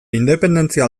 independentzia